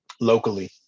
locally